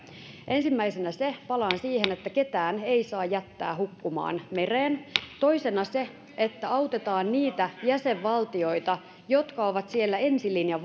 ensimmäisenä se palaan siihen että ketään ei saa jättää hukkumaan mereen toisena se että autetaan niitä jäsenvaltioita jotka ovat siellä ensilinjan